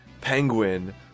Penguin